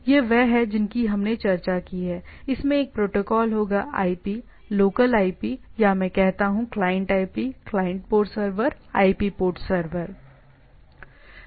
यह वह है जिनकी हमने चर्चा की है इसमें एक प्रोटोकॉल होगा आईपी लोकल आईपी या मैं कहता हूं client IP client port server IP server port